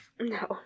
No